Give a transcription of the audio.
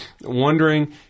wondering